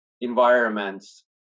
environments